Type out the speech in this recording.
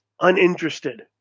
uninterested